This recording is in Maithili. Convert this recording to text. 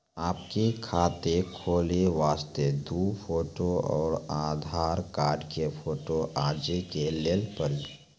आपके खाते खोले वास्ते दु फोटो और आधार कार्ड के फोटो आजे के देल पड़ी?